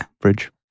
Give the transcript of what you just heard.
Bridge